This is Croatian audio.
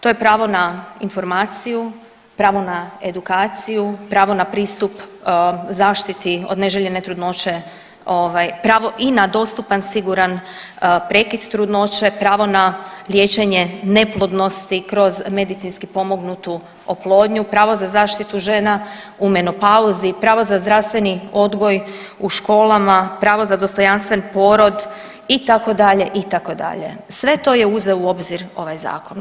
To je pravo na informaciju, pravo na edukaciju, pravo na pristup zaštiti od neželjene trudnoće ovaj pravo i dostupan, siguran prekid trudnoće, pravo na liječenje neplodnosti kroz medicinski pomognutu oplodnju, pravo za zaštitu žena u menopauzi, pravo za zdravstveni odgoj u školama, pravo za dostojanstven porod itd., itd., sve to je uzeo u obzir ovaj zakon.